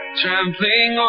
trampling